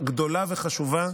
גדולה וחשובה,